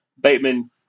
Bateman